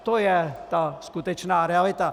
To je ta skutečná realita.